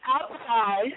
outside